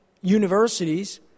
universities